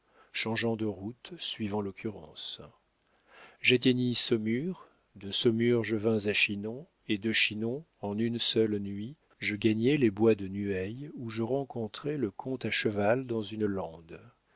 changeant de route suivant l'occurrence j'atteignis saumur de saumur je vins à chinon et de chinon en une seule nuit je gagnai les bois de nueil où je rencontrai le comte à cheval dans une lande